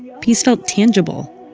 peace felt tangible.